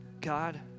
God